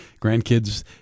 grandkids